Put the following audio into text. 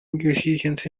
musicians